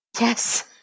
Yes